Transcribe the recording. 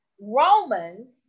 Romans